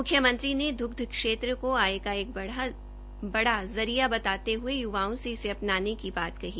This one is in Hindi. मुख्यमंत्री ने दुग्ध क्षेत्र को आय का एक बड़ा जरिया बताते हुए युवाओं से इसे अपनाने की बात कही